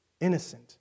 innocent